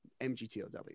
MGTOW